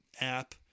app